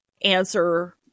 answer